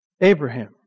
Abraham